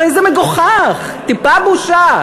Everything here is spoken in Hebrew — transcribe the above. הרי זה מגוחך, טיפה בושה.